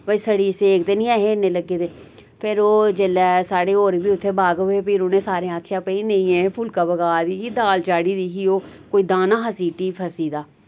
भई सड़ी दी सेक ते नि ऐ हे इन्नेै लग्गे दे फिर ओह् जेल्लै साढ़े होर बी उत्थै बाखफ हे फिर उनें सारें आखेआ भई नेईं एह् फुल्का पका दी ही दाल चाढ़ी दी ही ओह् कोई दाना हा सिटी फसी दा